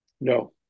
No